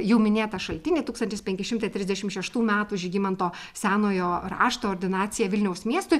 jau minėta šaltinį tūkstantis penki šimtai trisdešimt šeštų metų žygimanto senojo rašto ordinaciją vilniaus miestui